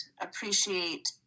appreciate